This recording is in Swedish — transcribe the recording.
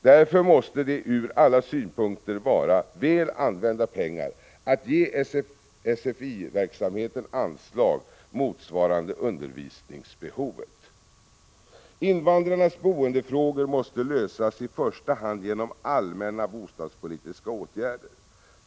Därför måste det ur alla synpunkter vara väl använda pengar att ge SFI-verksamheten anslag motsvarande undervisningsbehovet. Invandrarnas boendefrågor måste lösas i första hand genom allmänna bostadspolitiska åtgärder.